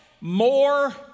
more